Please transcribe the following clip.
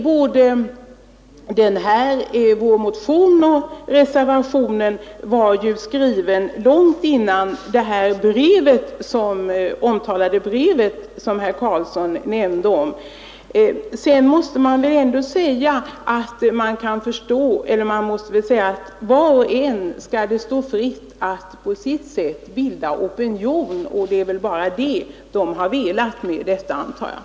Vad sedan gäller det brev som herr Karlsson i Huskvarna talade om så var ju både vår motion och reservationen skrivna långt innan det brevet sändes runt. Jag vill bara säga att det måste stå var och en fritt att försöka bilda opinion, och det är väl det man har velat åstadkomma med brevet.